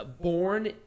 born